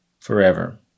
Forever